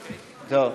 אוקיי.